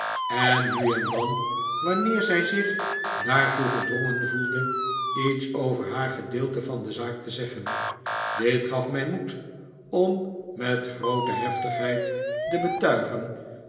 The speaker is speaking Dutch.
en nu en dan wanneer zij zich daartoe gedrongen voelde iets over haar gedeelte van de zaak te zeggen dit gaf mij moed om met groote heftigheid te betuigen